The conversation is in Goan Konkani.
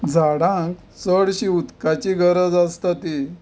झाडांक चडशी उदकाची गरज आसता ती